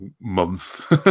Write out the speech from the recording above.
month